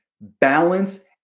balance